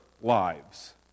lives